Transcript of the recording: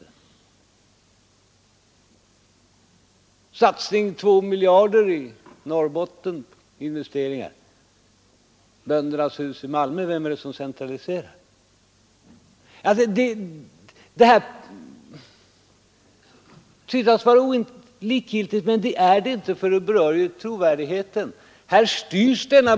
En satsning på Norrbotten med två miljarder kronor i investeringar, Böndernas hus i Malmö — vem är det som centraliserar? Detta kan tyckas vara likgiltigt, men det är det inte, för det berör själva trovärdigheten i centerns framställning.